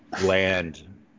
land